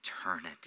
eternity